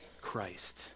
Christ